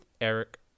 Eric